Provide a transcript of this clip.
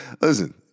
listen